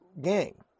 gang